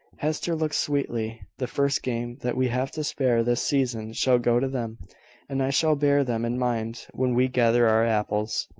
hester looks sweetly. the first game that we have to spare this season shall go to them and i shall bear them in mind when we gather our apples.